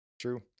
true